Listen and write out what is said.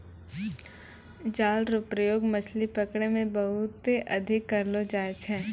जाल रो प्रयोग मछली पकड़ै मे बहुते अधिक करलो जाय छै